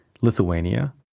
Lithuania